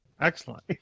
Excellent